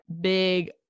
big